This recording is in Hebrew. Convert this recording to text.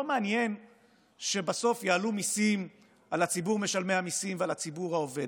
לא מעניין שבסוף יעלו מיסים לציבור משלמי המיסים ולציבור העובד.